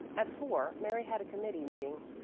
at four mary had a committee meeting,